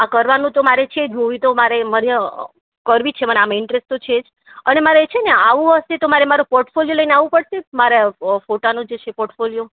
આ કરવાનું તો મારે છે જ મૂવી તો મારે એ મારે કરવી છે મને આમાં ઇન્ટરેસ્ટ તો છે જ અને મારે છે ને આવવું હશે તો મારે મારો પોર્ટફોલિયો લઈને આવવું પડશે મારા ફોટાનો છે જે એ પોર્ટફોલિયો